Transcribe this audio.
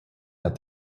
that